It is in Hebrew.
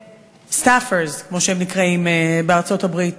כש-staffers, כמו שהם נקראים בארצות-הברית,